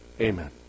amen